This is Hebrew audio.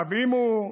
אם הוא,